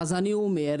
אז אני אומר,